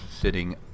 sitting